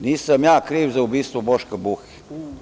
Nisam ja kriv za ubistvo Boška Buhe.